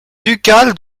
ducal